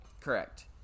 Correct